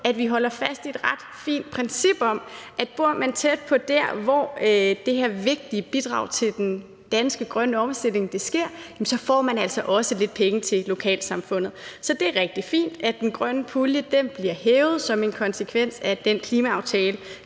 måde holder vi fast i et ret fint princip om, at bor man tæt på steder, hvor det her vigtige bidrag til den danske grønne omstilling sker, så får man altså også lidt penge til lokalsamfundet. Så det er rigtig fint, at den grønne pulje bliver hævet som en konsekvens af den klimaaftale,